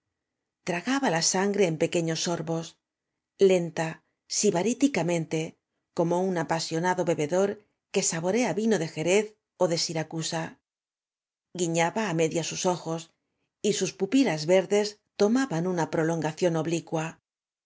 tragaba la sangre en pequeños sorbos lenta sibarítica mente como un apasionado bebedor que saborea vino de jerez ó de siracusa guiñaba á medias sus ojos y sus pupilas verdes tomabao una prolongación oblicua